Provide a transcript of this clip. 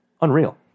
Unreal